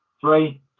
three